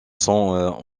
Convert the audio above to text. sont